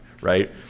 Right